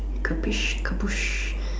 caprice kaboosh